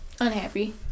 unhappy